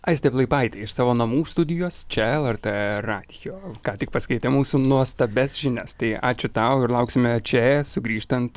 aistė plaipaitė iš savo namų studijos čia lrt radijo ką tik paskaitė mūsų nuostabias žinias tai ačiū tau ir lauksime čia sugrįžtant